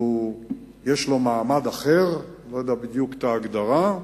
יש לו מעמד אחר, אני לא יודע בדיוק את ההגדרה,